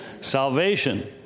Salvation